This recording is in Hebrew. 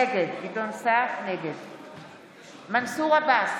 נגד מנסור עבאס,